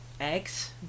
eggs